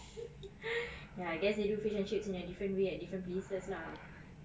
ya they do fish and chips in a different way at different places lah